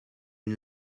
une